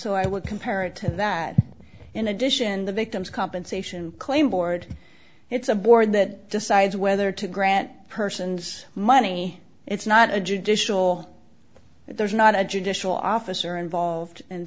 so i would compare it to that in addition the victim's compensation claim board it's a board that decides whether to grant persons money it's not a judicial there's not a judicial officer involved and